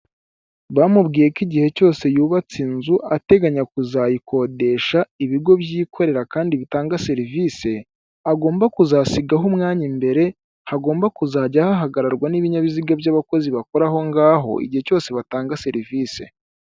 Bamubwiye ko igihe cyose yubatse inzu ateganya kuzayikodesha ibigo byikorera kandi bitanga serivisi, agomba kuzasigaho umwanya imbere hagomba kuzajya hahagararwa n'ibinyabiziga by'abakozi bakora aho ngaho igihe cyose batanga serivisi.